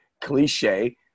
cliche